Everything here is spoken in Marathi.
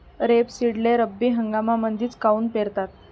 रेपसीडले रब्बी हंगामामंदीच काऊन पेरतात?